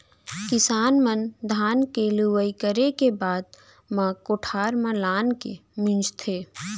किसान मन धान के लुवई करे के बाद म कोठार म लानके मिंजथे